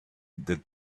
that